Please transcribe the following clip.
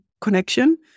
connection